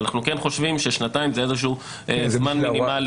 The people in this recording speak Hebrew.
אבל אנחנו כן חושבים ששנתיים זה איזשהו זמן מינימלי.